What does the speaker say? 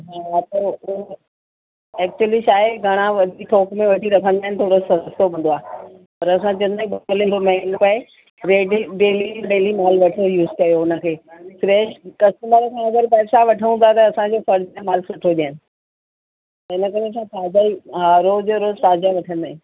हा अथव उहो एक्चुअली छा आहे घणा वधीक थोक में वठी रखंदा आहिनि थोरो सस्तो हूंदो आहे पर असां चवंदा आहियूं भले थोरो महांगो पए रेडी डेली डेली माल वठो यूज कयो हुनखे फ़्रेश कस्टमर खां अगरि पैसा वठूं था त असांजो फ़र्जु आहे माल सुठो ॾियण इन करे असां ताज़ा ई हा रोज जो रोज ताज़ा वठंदा आहियूं